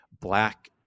black